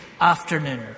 afternoon